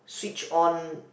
switch on